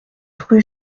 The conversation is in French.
rue